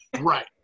Right